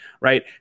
right